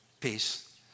Peace